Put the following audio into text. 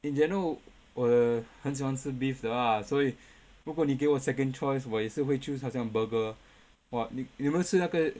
in general 我很喜欢吃 beef 的 ah 所以如果你给我 second choice 我也是会 choose 好像 burger !wah! 你你们吃那个